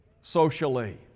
socially